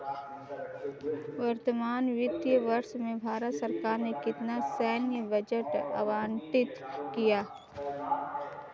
वर्तमान वित्तीय वर्ष में भारत सरकार ने कितना सैन्य बजट आवंटित किया?